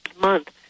month